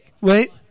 Wait